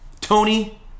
Tony